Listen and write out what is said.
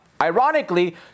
Ironically